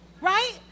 Right